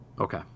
okay